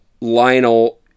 Lionel